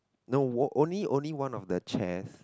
no o~ only only one of the chairs